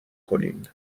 کنین